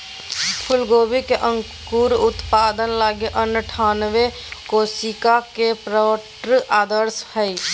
फूलगोभी के अंकुर उत्पादन लगी अनठानबे कोशिका के प्रोट्रे आदर्श हइ